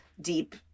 deep